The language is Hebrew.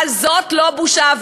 אבל זאת לא בושה.